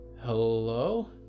Hello